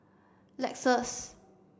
Lexus